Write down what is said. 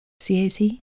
CAC